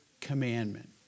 commandment